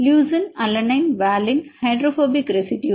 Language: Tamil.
leucine alanine valine hydrophobic residue